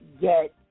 get